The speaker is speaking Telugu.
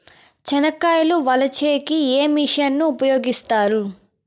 చెనక్కాయలు వలచే కి ఏ మిషన్ ను ఉపయోగిస్తారు?